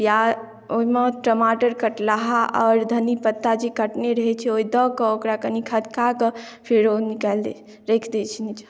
पियाज ओहिमे टमाटर कटलाहा आओर धन्नी पत्ता जे कटने रहै छै ओ दऽ कऽ ओकरा कनि खदका कऽ फेर ओ निकाइल दे राइख दे छै निच्चा